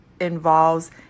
involves